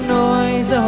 noise